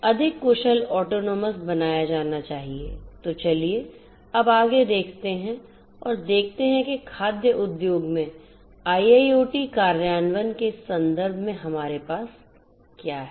तो चलिए अब आगे देखते हैं और देखते हैं कि खाद्य उद्योग में आईओटी कार्यान्वयन के संदर्भ में हमारे पास क्या है